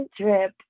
trip